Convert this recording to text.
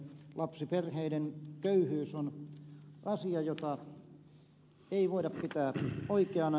lapsiperheiden köyhyys on asia jota ei voida pitää oikeana